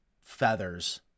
feathers